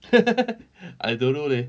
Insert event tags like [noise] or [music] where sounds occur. [laughs] I don't know leh